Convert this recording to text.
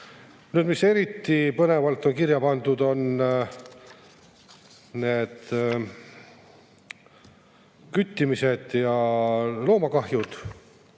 Nüüd, eriti põnevalt on kirja pandud küttimised ja loomakahjude